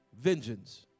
vengeance